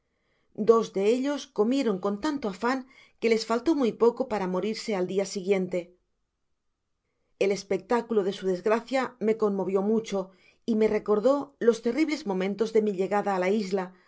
dos de ellos comieron con tanto afan que les faltó muy poco para moririrse al dia siguiente el espectáculo de su desgracia me conmovió mucho y me recordó los terribles mementos de mi llegada á la isla